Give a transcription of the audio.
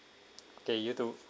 okay you too